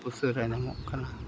ᱩᱥᱟᱹᱨᱟ ᱧᱟᱢᱚᱜ ᱠᱟᱱᱟ